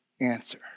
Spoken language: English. answer